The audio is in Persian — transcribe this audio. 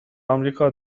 آمریکا